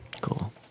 Cool